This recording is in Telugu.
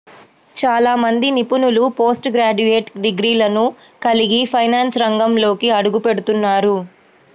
చాలా మంది నిపుణులు పోస్ట్ గ్రాడ్యుయేట్ డిగ్రీలను కలిగి ఫైనాన్స్ రంగంలోకి అడుగుపెడుతున్నారు